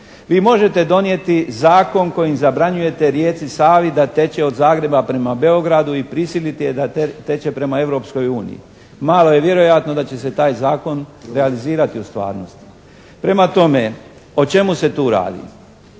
Vi možete donijeti zakon kojim zabranjujete rijeci Savi da teče od Zagreba prema Beogradu i prisiliti je da teče prema Europskoj uniji. Malo je vjerojatno da će se taj zakon realizirati u stvarnosti. Prema tome, o čemu se tu radi?